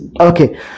Okay